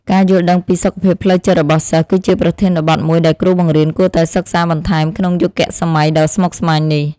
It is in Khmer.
ការយល់ដឹងពីសុខភាពផ្លូវចិត្តរបស់សិស្សគឺជាប្រធានបទមួយដែលគ្រូបង្រៀនគួរតែសិក្សាបន្ថែមក្នុងយុគសម័យដ៏ស្មុគស្មាញនេះ។